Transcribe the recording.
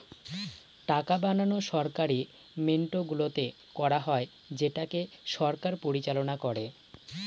টাকা বানানো সরকারি মিন্টগুলোতে করা হয় যেটাকে সরকার পরিচালনা করে